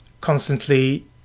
constantly